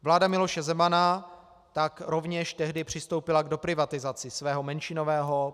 Vláda Miloše Zemana tak rovněž tehdy přistoupila k doprivatizaci svého menšinového podílu.